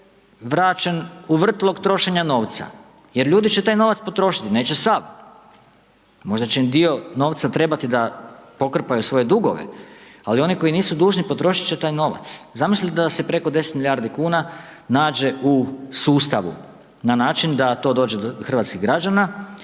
vraćen u vrtlog trošenja novca jer ljudi će taj novac potrošiti, neće sav, možda će dio novca trebati da pokrpaju svoje dugove, ali oni koji nisu dužni, potrošit će taj novac. Zamislite da se preko 10 milijardi kuna nađe u sustavu na način da to dođe do hrvatskih građana